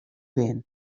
bin